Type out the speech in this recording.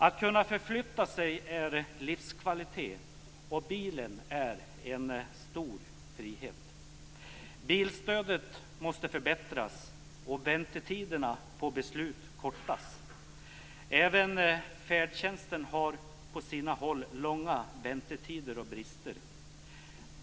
Att kunna förflytta sig är livskvalitet, och bilen är en stor frihet. Bilstödet måste förbättras och väntetiderna för beslut kortas. Även färdtjänsten har på sina håll långa väntetider och brister.